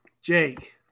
Jake